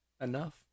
enough